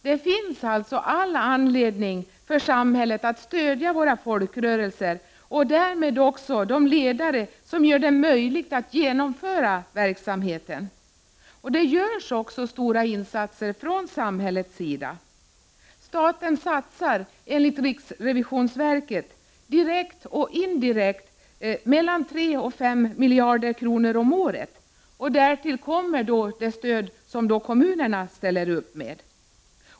Det finns alltså all anledning för samhället att stödja våra folkrörelser och därmed också de ledare som gör det möjligt att genomföra verksamheten. Det görs också stora insatser från samhällets sida. Staten satsar, enligt riksrevisionsverket, direkt och indirekt mellan 3 och 5 miljarder kronor om året. Därtill kommer det stöd som kommunerna ställer upp med.